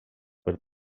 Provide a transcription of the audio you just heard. per